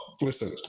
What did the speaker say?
Listen